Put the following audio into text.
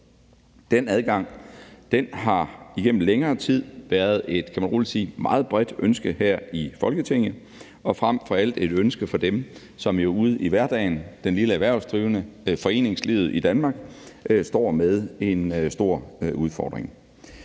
Den adgang har igennem længere tid været et, kan man roligt sige, meget bredt ønske her i Folketinget og frem for alt et ønske for dem, som jo ude i hverdagen – den lille erhvervsdrivende, foreningslivet i Danmark – står med en stor udfordring.